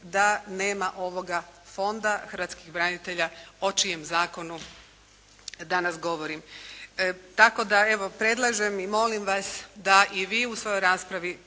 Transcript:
da nema ovoga Fonda hrvatskih branitelja o čijem zakonu danas govorim. Tako da evo predlažem i molim vas da i vi u svojoj raspravi